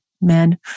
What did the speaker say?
men